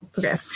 Okay